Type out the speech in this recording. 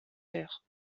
terres